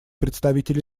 представитель